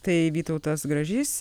tai vytautas gražys